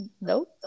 nope